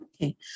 Okay